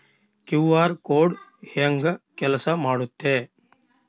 QR code ಹೆಂಗ ಕೆಲಸ ಮಾಡುತ್ತೆ?